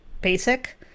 basic